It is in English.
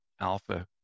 alpha